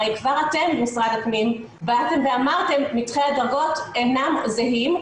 הרי כבר אתם משרד הפנים באתם ואמרתם: מתחי הדרגות אינם זהים,